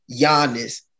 Giannis